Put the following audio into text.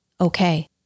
Okay